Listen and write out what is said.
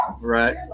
right